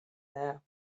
there